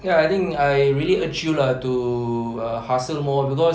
ya I think I really urge you lah to ah hustle more cause